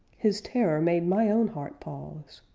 his terror made my own heart pause.